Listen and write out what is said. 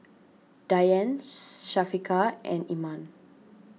Dian Syafiqah and Iman